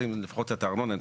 לפחות את הארנונה,